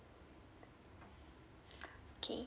okay